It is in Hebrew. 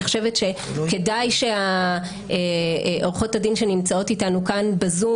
ואני חושבת שכדאי שעורכות הדין שנמצאות איתנו כאן בזום